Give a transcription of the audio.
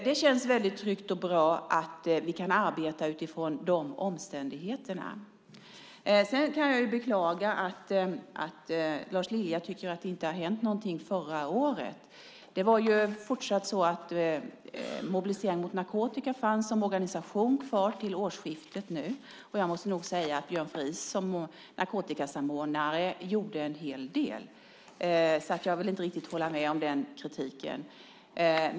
Det känns tryggt och bra att vi kan arbeta utifrån de omständigheterna. Jag beklagar att Lars Lilja inte tycker att det hände någonting förra året. Mobilisering mot narkotika fanns som organisation kvar till årsskiftet. Jag måste nog säga att också Björn Fries som narkotikasamordnare gjorde en hel del. Jag vill därför inte riktigt hålla med om kritiken.